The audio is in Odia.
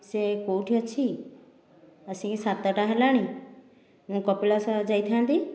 ସେ କେଉଁଠି ଅଛି ଆସିକି ସାତଟା ହେଲାଣି ମୁଁ କପିଳାସ ଯାଇଥାନ୍ତି